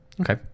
Okay